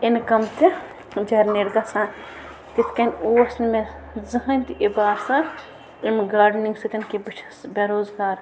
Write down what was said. income تہِ generate گژھان تِتھ کَنۍ اوس نہٕ مےٚ زٕہٕنۍ تہِ یہِ باسان اَمہِ گاڈنِنٛگ سۭتۍ کہِ بہٕ چھَس بے روزگار